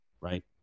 right